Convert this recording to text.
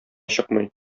чыкмый